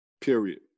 period